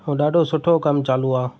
ऐं ॾाढो सुठो कमु चालू आहे